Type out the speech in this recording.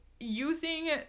Using